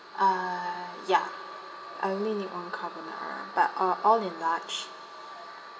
uh ya I only need one carbonara but uh all in large